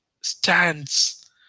stands